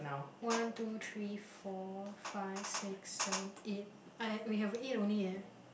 one two three four five six seven eight eh we have eight only eh